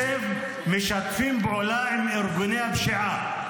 אתם משתפים פעולה עם ארגוני הפשיעה.